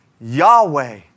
Yahweh